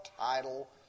title